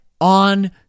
on